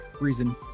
reason